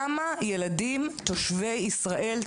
כמה ילדים תושבי ישראל,